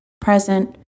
present